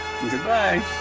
Goodbye